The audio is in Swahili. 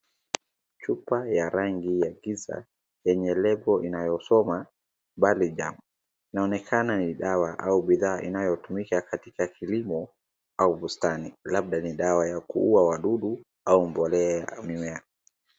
Chupa ya rangi ya giza yenye lebo inayosoma Balijaam . Inaonekana ni dawa au bidhaa inayotumika katika kilimo au bustani labda ni dawa ya kuua wadudu au mbolea ya mimea.